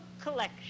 Collection